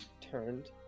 turned